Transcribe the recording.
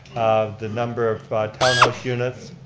the number of townhouse units